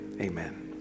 Amen